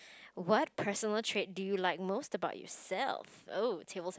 what personal trait do you like most about yourself oh table